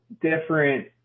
different